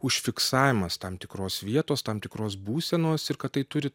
užfiksavimas tam tikros vietos tam tikros būsenos ir kad tai turi